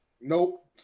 Nope